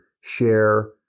share